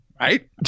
right